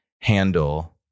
handle